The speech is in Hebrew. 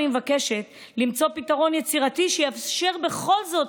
אני מבקשת למצוא פתרון יצירתי שיאפשר בכל זאת